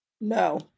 No